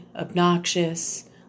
obnoxious